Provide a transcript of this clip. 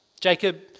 Jacob